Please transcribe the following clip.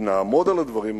אם נעמוד על הדברים האלה,